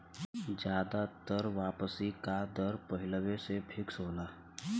जादातर वापसी का दर पहिलवें से फिक्स होला